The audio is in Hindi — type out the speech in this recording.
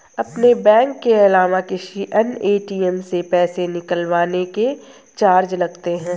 अपने बैंक के अलावा किसी अन्य ए.टी.एम से पैसे निकलवाने के चार्ज लगते हैं